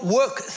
work